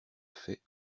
faits